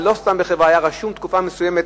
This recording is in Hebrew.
ולא סתם חברה אלא היה רשום תקופה מסוימת